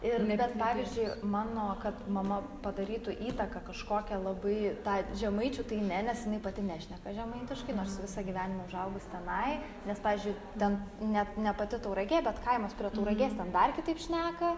ir bet pavyzdžiui mano kad mama padarytų įtaką kažkokią labai tą žemaičių tai ne nes jinai pati nešneka žemaitiškai nors visą gyvenimą užaugus tenai nes pavyzdžiui ten net ne pati tauragė bet kaimas prie tauragės ten dar kitaip šneka